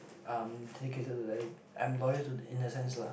um take it to the I'm loyal to in the sense lah